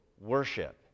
worship